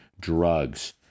drugs